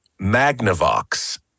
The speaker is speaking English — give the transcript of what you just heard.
Magnavox